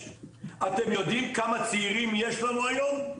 אתם יודעים כמה צעירים יש לנו היום?